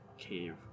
cave